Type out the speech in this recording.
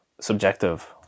subjective